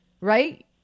Right